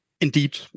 Indeed